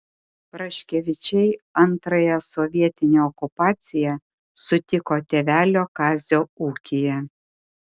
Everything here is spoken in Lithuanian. praškevičiai antrąją sovietinę okupaciją sutiko tėvelio kazio ūkyje